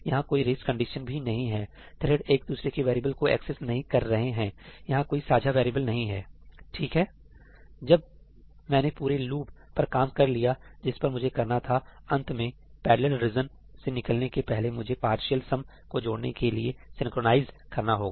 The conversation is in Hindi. यहां कोई रेस कंडीशन भी नहीं है थ्रेड एक दूसरे के वैरियेबल्स को एक्सेस नहीं कर रहे हैं यहां कोई साझा वेरिएबल नहीं है ठीक है जब मैंने पूरे लूप पर काम कर लिया जिस पर मुझे करना था अंत में पैरलल रीजन से निकलने के पहलेमुझे पार्शियल सम को जोड़ने के लिए सिंक्रोनाइज करना होगा